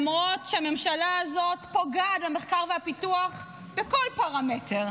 למרות שהממשלה הזאת פוגעת במחקר ובפיתוח בכל פרמטר,